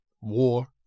War